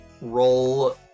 roll